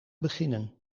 beginnen